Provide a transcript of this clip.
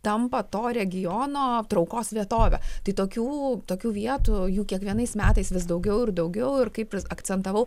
tampa to regiono traukos vietove tai tokių tokių vietų jų kiekvienais metais vis daugiau ir daugiau ir kaip akcentavau